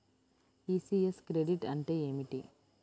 ECS credit అంటే ఏమిటి?